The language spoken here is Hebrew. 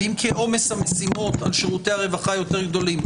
ואם כי עומס המשימות על שירותי הרווחה יותר גדולים,